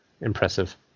impressive